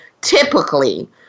typically